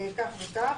כך וכך,